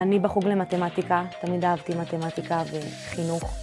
אני בחוג למתמטיקה, תמיד אהבתי מתמטיקה וחינוך.